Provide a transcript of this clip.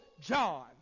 John